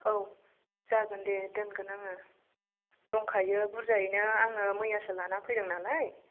औ जागोनदे दोनगोन आङो दंखायो बुरजायैनो आङो मैयासो लाना फैदों नालाय